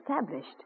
established